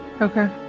Okay